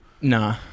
Nah